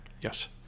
Yes